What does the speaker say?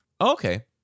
Okay